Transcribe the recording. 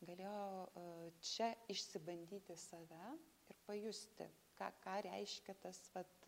galėjo a čia išsibandyti save ir pajusti ką ką reiškia tas vat